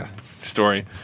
story